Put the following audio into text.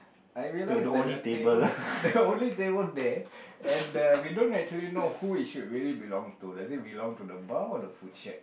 I realised that the table the only table there and the we don't actually really know who it should actually belong to does it belong to the bar or the food shag